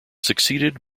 succeeded